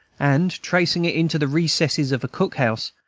and, tracing it into the recesses of a cook-house,